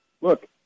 look